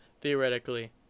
theoretically